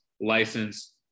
license